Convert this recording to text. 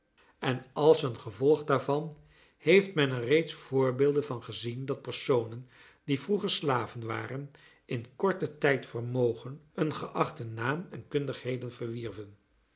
en als een gevolg daarvan heeft men er reeds voorbeelden van gezien dat personen die vroeger slaven waren in korten tijd vermogen een geachten naam en kundigheden verwierven